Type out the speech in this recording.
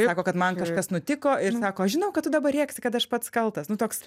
sako kad man kažkas nutiko ir sako aš žinau kad tu dabar lėksi kad aš pats kaltas nu toks